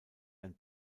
ein